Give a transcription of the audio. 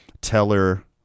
Teller